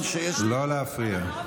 לא להפריע,